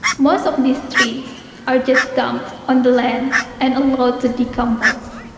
most of these trees are just dumped on the land and allowed to decompose.